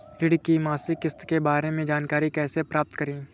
ऋण की मासिक किस्त के बारे में जानकारी कैसे प्राप्त करें?